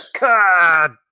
God